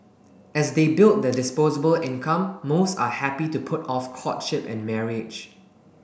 as they build their disposable income most are happy to put off courtship and marriage